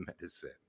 medicine